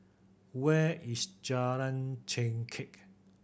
where is Jalan Chengkek